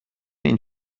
این